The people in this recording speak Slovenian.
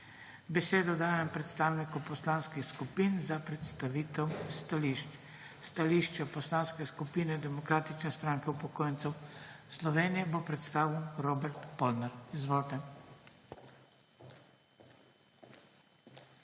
Besedo dajem predstavnikom poslanskih skupin za predstavitev stališč. Stališče Poslanske skupine Demokratične stranke upokojencev Slovenije bo predstavil Robert Polnar. Izvolite.